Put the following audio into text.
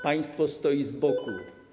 Państwo stoi z boku.